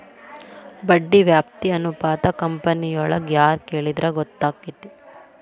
ಬಡ್ಡಿ ವ್ಯಾಪ್ತಿ ಅನುಪಾತಾ ಕಂಪನಿಯೊಳಗ್ ಯಾರ್ ಕೆಳಿದ್ರ ಗೊತ್ತಕ್ಕೆತಿ?